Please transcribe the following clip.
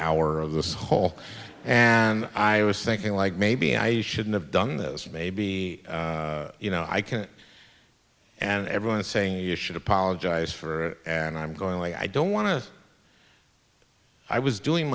hour of this whole and i was thinking like maybe i shouldn't have done this maybe you know i can't and everyone saying you should apologize for it and i'm going like i don't want to i was doing